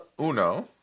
Uno